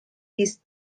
his